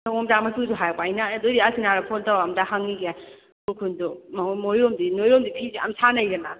ꯁꯪꯒꯣꯝ ꯆꯥ ꯃꯆꯨꯗꯨ ꯍꯥꯏꯔꯛꯄ ꯑꯩꯅ ꯑꯦ ꯑꯗꯨꯏꯗꯤ ꯑꯁꯤꯅꯥꯗ ꯐꯣꯟ ꯇꯧꯔꯒ ꯑꯝꯇ ꯍꯪꯈꯤꯒꯦ ꯈꯨꯔꯈꯨꯜꯗꯨ ꯃꯣꯏꯔꯣꯝꯗꯤ ꯅꯣꯏꯔꯣꯝꯗꯤ ꯐꯤꯁꯦ ꯌꯥꯝ ꯁꯥꯅꯩꯗꯅ